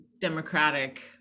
democratic